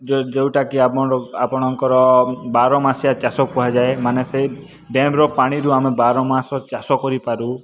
ଯେଉଁ ଯେଉଁଟା କି ଆପଣ ଆପଣଙ୍କର ବାରମାସିଆ ଚାଷ କୁହାଯାଏ ମାନେ ସେଇ ଡ୍ୟାମର ପାଣିରୁ ଆମେ ବାରମାସ ଚାଷ କରିପାରୁ